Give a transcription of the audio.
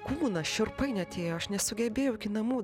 kūną šiurpai net ėjo aš nesugebėjau iki namų